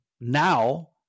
now